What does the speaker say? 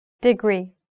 Degree